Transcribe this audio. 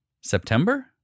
September